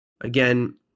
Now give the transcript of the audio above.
again